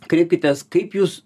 kreipkitės kaip jūs